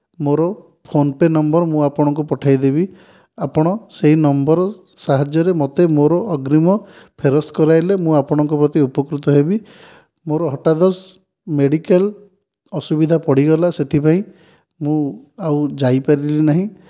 ମୋର PhonePe' number ମୁଁ ଆପଣଙ୍କୁ ପଠାଇଦେବି ଆପଣ ସେହି ନମ୍ବର୍ ସାହାଯ୍ୟରେ ମୋତେ ମୋର ଅଗ୍ରିମ ଫେରସ୍ତ କରାଇଲେ ମୁଁ ଆପଣଙ୍କ ପ୍ରତି ଉପକୃତ ହେବି ମୋର ହଠାତ୍ ମେଡ଼ିକାଲ୍ ଅସୁବିଧା ପଡ଼ିଗଲା ସେଥିପାଇଁ ମୁଁ ଆଉ ଯାଇପାରିଲି ନାହିଁ